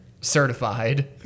certified